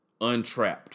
Untrapped